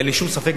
אין לי שום ספק,